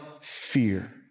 fear